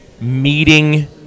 meeting